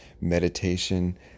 Meditation